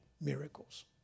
miracles